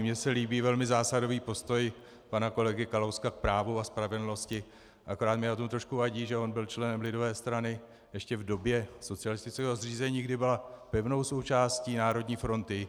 Mně se líbí velmi zásadový postoj pana kolegy Kalouska k právu a spravedlnosti, akorát mi na tom trošku vadí, že on byl členem lidové strany ještě v době socialistického zřízení, kdy byla pevnou součástí Národní fronty.